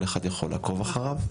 כל אחד יכול לעקוב אחריו.